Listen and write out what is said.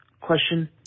Question